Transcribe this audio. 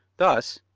thus.